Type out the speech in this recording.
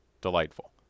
delightful